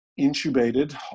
intubated